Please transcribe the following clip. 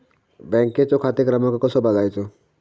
बँकेचो खाते क्रमांक कसो बगायचो?